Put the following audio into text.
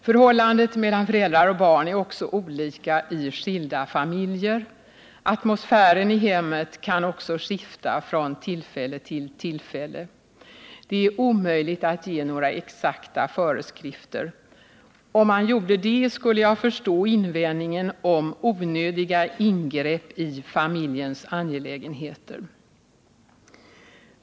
Förhållandet mellan föräldrar och barn är också olika i skilda familjer. Atmosfären i hemmet kan också skifta från tillfälle till tillfälle. Det är omöjligt att ge några exakta föreskrifter. Om man gjorde det skulle jag förstå invändningen om onödiga ingrepp i familjens angelägenheter.